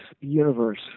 universe